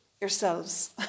yourselves